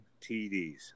TDs